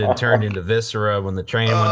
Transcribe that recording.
yeah turned into viscera when the train um